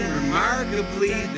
remarkably